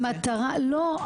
לא.